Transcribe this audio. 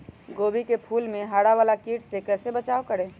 गोभी के फूल मे हरा वाला कीट से कैसे बचाब करें?